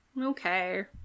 Okay